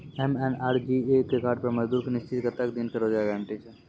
MNREGA card पर मजदुर के निश्चित कत्तेक दिन के रोजगार गारंटी छै?